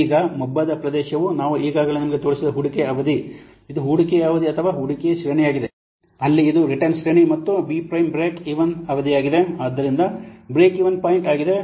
ಈಗ ಮಬ್ಬಾದ ಪ್ರದೇಶವು ನಾವು ಈಗಾಗಲೇ ನಿಮಗೆ ತೋರಿಸಿದ ಹೂಡಿಕೆಯ ಅವಧಿ ಇದು ಹೂಡಿಕೆ ಅವಧಿ ಅಥವಾ ಹೂಡಿಕೆ ಶ್ರೇಣಿಯಾಗಿದೆ ಅಲ್ಲಿ ಇದು ರಿಟರ್ನ್ ಶ್ರೇಣಿ ಮತ್ತು ಬಿ ಪ್ರೈಮ್ ಬ್ರೇಕ್ ಈವನ್ ಅವಧಿಯಾಗಿದೆ ಆದ್ದರಿಂದ ಬ್ರೇಕ್ ಈವನ್ ಪಾಯಿಂಟ್ ಆಗಿದೆ